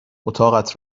اتاقت